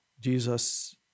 Jesus